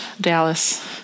Dallas